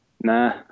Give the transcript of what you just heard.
nah